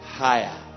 higher